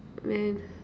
man